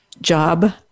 job